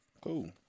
Cool